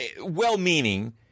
well-meaning